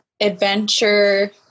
adventure